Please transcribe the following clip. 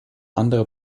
andere